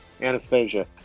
Anastasia